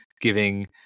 giving